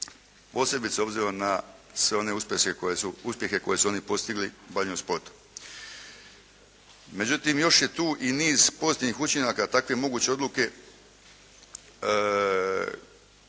posebice obzirom na sve one uspjehe koje su oni postigli u bavljenju sportom. Međutim, još je tu i niz pozitivnih učinaka, a takve moguće odluke